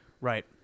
Right